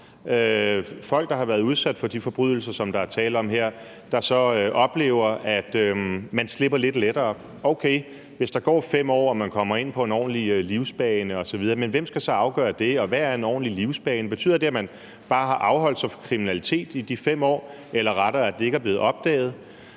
folk, der har været udsat for de forbrydelser, som der er tale om her, der så oplever, at man slipper lidt lettere. Det kan være okay, hvis der går 5 år og man kommer ind på en ordentlig livsbane osv., men hvem skal så afgøre det, og hvad er en ordentlig livsbane? Betyder det, at man bare har afholdt sig fra kriminalitet i de 5 år eller rettere, at det ikke er blevet opdaget?